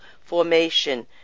formation